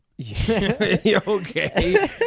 Okay